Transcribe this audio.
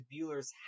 Bueller's